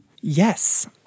yes